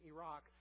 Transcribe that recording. Iraq